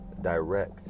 direct